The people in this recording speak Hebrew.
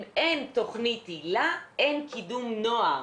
אם אין תכנית היל"ה אין קידום נוער.